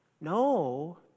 No